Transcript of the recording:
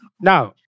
Now